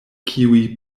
kiuj